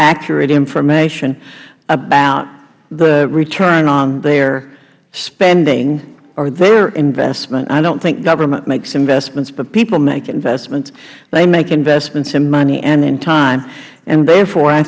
accurate information about the return on their spending or their investment i don't think government makes investments but people make investments they make investments in money and in time therefore i